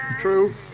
True